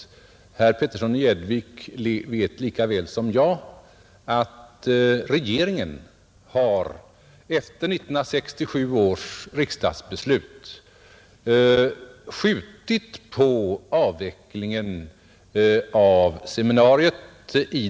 Men herr Petersson vet lika bra som jag att regeringen efter 1967 års riksdagsbeslut i det längsta har skjutit på avvecklingen av seminariet.